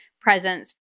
presents